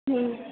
हं